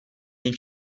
jen